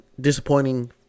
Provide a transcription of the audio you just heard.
Disappointing